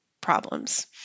problems